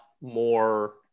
more